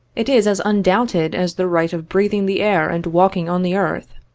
it is as undoubted as the right of breathing the air and ivalking on the earth.